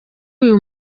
uyu